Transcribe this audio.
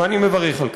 ואני מברך על כך.